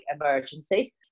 emergency